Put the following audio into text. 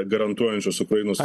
garantuojančios ukrainos